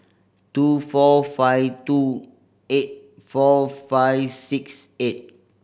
two four five two eight four five six eight